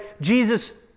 Jesus